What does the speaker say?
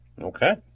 Okay